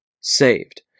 saved